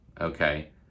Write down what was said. okay